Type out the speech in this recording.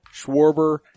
schwarber